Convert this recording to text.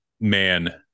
man